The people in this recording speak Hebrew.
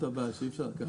אי אפשר לקחת ככה.